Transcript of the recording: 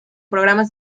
programas